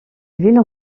ville